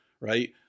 right